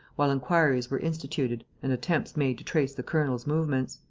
while inquiries were instituted and attempts made to trace the colonel's movements.